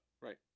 Right